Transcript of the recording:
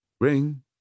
Ring